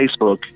Facebook